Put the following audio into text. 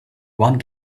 one